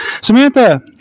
Samantha